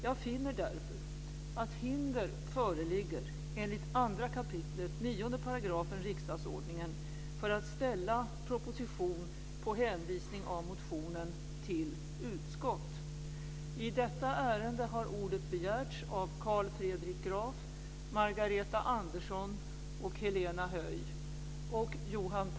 Jag finner därför att hinder föreligger enligt 2 kap.